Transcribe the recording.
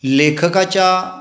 लेखकाच्या